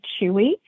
Chewy